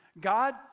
God